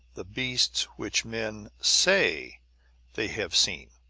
the beasts which men say they have seen.